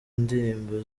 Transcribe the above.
ndirimbo